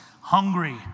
hungry